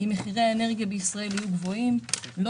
אם מחירי האנרגיה בישראל יהיו גבוהים לא